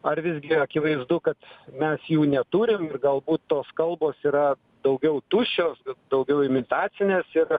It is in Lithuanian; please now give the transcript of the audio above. ar visgi akivaizdu kad mes jų neturim ir gal tos kalbos yra daugiau tuščios daugiau imitacinės ir